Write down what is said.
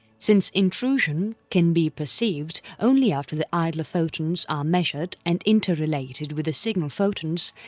since intrusion can be perceived only after the idler photons are measured and interrelated with the signal photons,